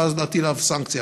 ואז להטיל עליו סנקציה.